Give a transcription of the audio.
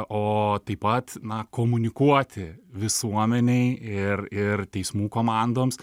o taip pat na komunikuoti visuomenei ir ir teismų komandoms